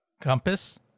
Compass